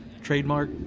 trademark